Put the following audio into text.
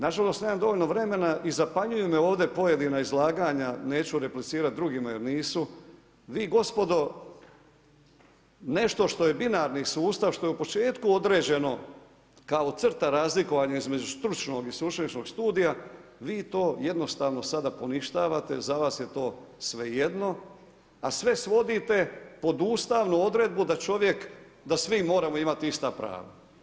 Nažalost nemam dovoljno vremena i zapanjuju me ovdje pojedina izlaganja, neću replicirati drugima jer nisu, vi gospodo nešto što je binarni sustav što je u početku određeno kao crta razlikovanja između stručnog i sveučilišnog studija, vi to jednostavno sada poništavate za vas je to svejedno, a sve svodite pod ustavnu odredbu da čovjek da svi moramo imati ista prava.